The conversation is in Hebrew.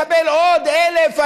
כדי לקבל עוד 1,000,